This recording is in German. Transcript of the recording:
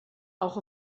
auch